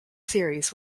series